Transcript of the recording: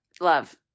Love